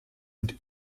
und